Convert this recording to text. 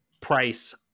price